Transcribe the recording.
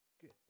good